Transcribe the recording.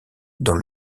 dans